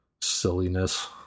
silliness